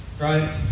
Right